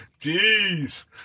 Jeez